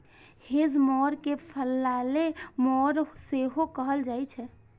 hedge mower कें फलैले mower सेहो कहल जाइ छै